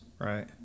Right